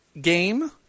game